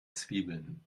zwiebeln